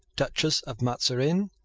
duchess of mazarin,